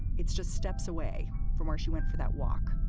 it's just steps away from where she went for that walk.